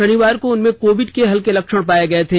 शनिवार को उनमें कोविड के हल्के लक्षण पाए गए थे